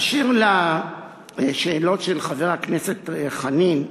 אשר לשאלות של חבר הכנסת חנין.